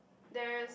there is